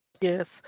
Yes